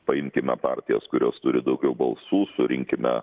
paimkime partijas kurios turi daugiau balsų surinkime